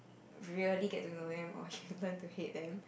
really get to know them or you learn to hate them